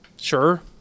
sure